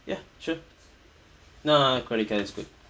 ya sure nah credit card is good